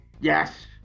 Yes